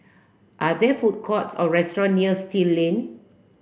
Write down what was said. are there food courts or restaurant near Still Lane